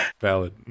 Valid